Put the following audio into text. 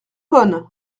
bonne